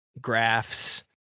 graphs